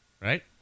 Right